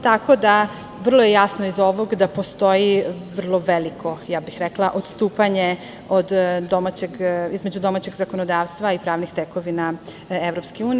Tako da vrlo je jasno iz ovog da postoji vrlo veliko, ja bih rekla odstupanje između domaćeg zakonodavstva i pravnih tekovina EU.